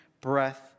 breath